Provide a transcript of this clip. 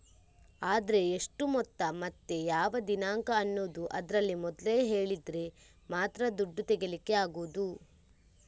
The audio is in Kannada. ಆದ್ರೆ ಎಷ್ಟು ಮೊತ್ತ ಮತ್ತೆ ಯಾವ ದಿನಾಂಕ ಅನ್ನುದು ಅದ್ರಲ್ಲಿ ಮೊದ್ಲೇ ಹೇಳಿದ್ರೆ ಮಾತ್ರ ದುಡ್ಡು ತೆಗೀಲಿಕ್ಕೆ ಆಗುದು